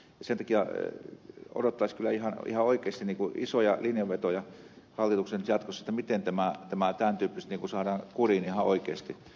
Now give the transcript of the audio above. sen takia odottaisi kyllä ihan oikeasti isoja linjanvetoja hallitukselta nyt jatkossa sille miten nämä tämän tyyppiset saadaan kuriin ihan oikeasti